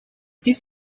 this